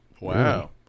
Wow